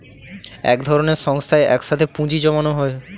এক ধরনের সংস্থায় এক সাথে পুঁজি জমানো হয়